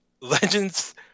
Legends